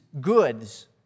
goods